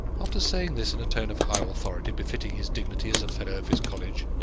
after saying this in a tone of high authority, befitting his dignity as a fellow of his college,